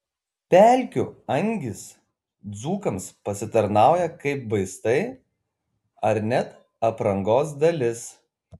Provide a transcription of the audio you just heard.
pelkių angys dzūkams pasitarnauja kaip vaistai ar net aprangos dalis